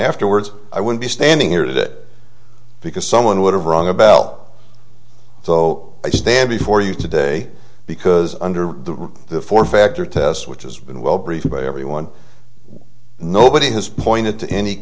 afterwards i would be standing here today because someone would have rung a bell so i stand before you today because under the four factor test which has been well briefed by everyone nobody has pointed to any